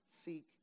seek